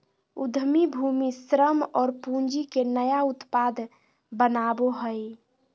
उद्यमी भूमि, श्रम और पूँजी के नया उत्पाद बनावो हइ